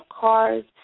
cars